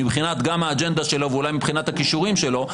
גם מבחינת האג'נדה שלו ואולי מבחינת הכישורים שלו.